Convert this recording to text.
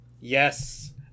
Yes